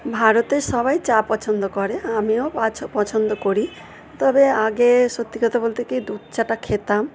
ভারতের সবাই চা পছন্দ করে আমিও পছন্দ করি তবে আগের সত্যি কথা বলতে কি দুধ চাটা খেতাম